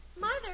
Mother